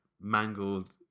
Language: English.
mangled